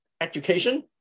education